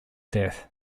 death